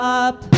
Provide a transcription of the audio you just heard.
up